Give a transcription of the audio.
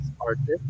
artists